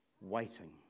waiting